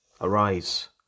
Arise